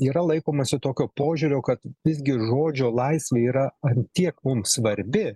yra laikomasi tokio požiūrio kad visgi žodžio laisvė yra ant tiek mums svarbi